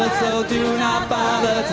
so do not bother